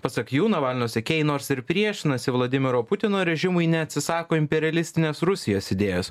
pasak jų navalnio sekėjai nors ir priešinasi vladimiro putino režimui neatsisako imperialistinės rusijos idėjos